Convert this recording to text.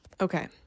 Okay